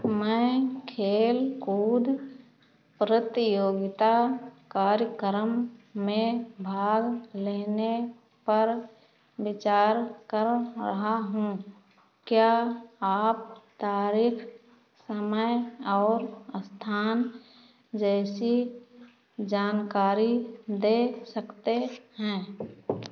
मैं खेल कूद प्रतियोगिता कार्यक्रम में भाग लेने पर विचार कर रहा हूँ क्या आप तारीख समय और स्थान जैसी जानकारी दे सकते हैं